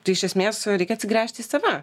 tai iš esmės reikia atsigręžti į save